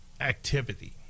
activity